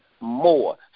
more